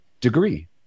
degree